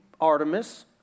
Artemis